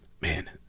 man